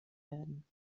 werden